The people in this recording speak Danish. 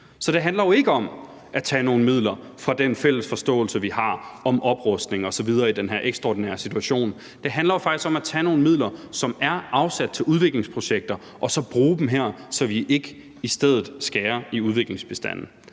Så det handler jo ikke om at tage nogle midler fra den fælles forståelse, vi har, om oprustning osv. i den her ekstraordinære situation. Det handler jo faktisk om at tage nogle midler, som er afsat til udviklingsprojekter, og så bruge dem her, så vi ikke i stedet skærer i udviklingsbistanden.